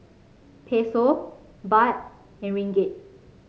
Peso Baht and Ringgit